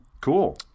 Cool